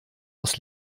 aus